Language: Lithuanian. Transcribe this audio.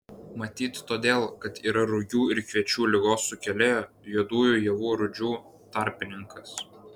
matyt todėl kad yra rugių ir kviečių ligos sukėlėjo juodųjų javų rūdžių tarpininkas